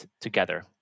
together